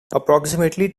approximately